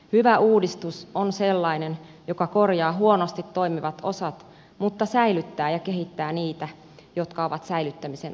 hyvä uudistus on sellainen joka korjaa huonosti toimivat osat mutta säilyttää ja kehittää niitä jotka ovat säilyttämisen arvoisia